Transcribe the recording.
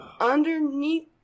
underneath